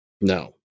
No